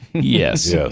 Yes